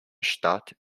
stadt